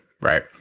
right